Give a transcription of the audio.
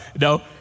no